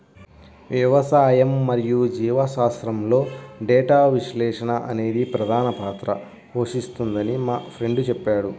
వ్యవసాయం మరియు జీవశాస్త్రంలో డేటా విశ్లేషణ అనేది ప్రధాన పాత్ర పోషిస్తుందని మా ఫ్రెండు చెప్పాడు